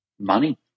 money